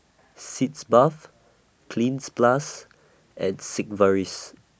Sitz Bath Cleanz Plus and Sigvaris